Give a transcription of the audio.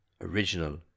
original